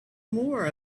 more